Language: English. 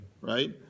right